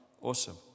Awesome